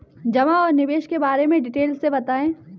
जमा और निवेश के बारे में डिटेल से बताएँ?